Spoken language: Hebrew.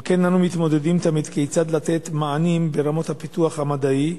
על כן אנו מתמודדים תמיד כיצד לתת מענים ברמות הפיתוח המדעי,